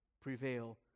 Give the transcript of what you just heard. prevail